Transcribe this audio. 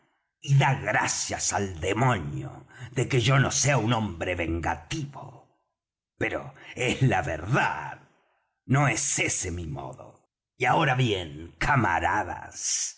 y da gracias al demonio de que yo no sea un hombre vengativo pero es la verdad no es ese mi modo y ahora bien camaradas